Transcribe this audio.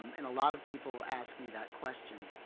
um and a lot of people ask me that question.